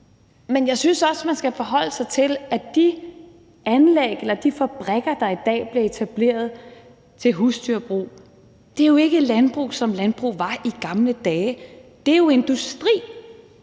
men jeg synes også, man skal forholde sig til, at de anlæg eller de fabrikker, der i dag bliver etableret til husdyrbrug, jo ikke er landbrug, som landbrug var i gamle dage, det er jo industri.